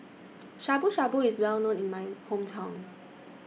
Shabu Shabu IS Well known in My Hometown